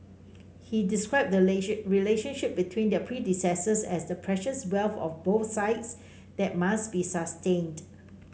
he described the nation relationship between their predecessors as the precious wealth of both sides that must be sustained